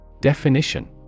Definition